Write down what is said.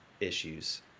issues